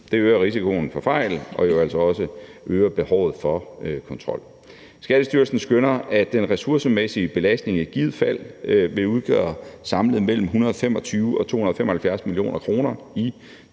Det øger risikoen for fejl og jo altså også behovet for kontrol. Skattestyrelsen skønner, at den ressourcemæssige belastning i givet fald vil udgøre samlet mellem 125 mio. kr.